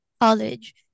college